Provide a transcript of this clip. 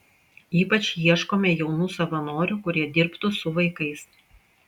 ypač ieškome jaunų savanorių kurie dirbtų su vaikais